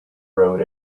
road